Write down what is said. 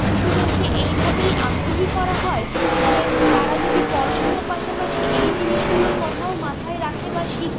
শিশুদেরকে এইভাবেই আগ্রহী করা হয় যে তারা যদি পড়াশুনোর পাশাপাশি এই জিনিসগুলোর কথাও মাথায় রাখে বা